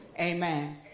Amen